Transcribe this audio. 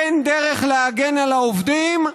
אין דרך להגן על העובדים,